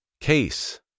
Case